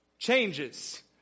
Changes